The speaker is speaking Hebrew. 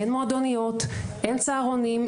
אין מועדוניות, אין צהרונים.